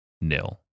nil